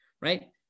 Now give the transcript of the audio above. right